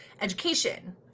education